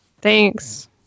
thanks